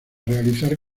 realizar